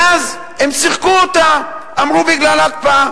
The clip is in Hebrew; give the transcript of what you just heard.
ואז, הם שיחקו אותה, אמרו: בגלל ההקפאה.